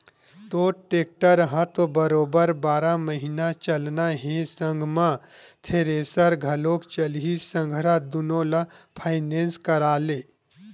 तोर टेक्टर ह तो बरोबर बारह महिना चलना हे संग म थेरेसर घलोक चलही संघरा दुनो ल फायनेंस करा ले